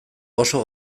oso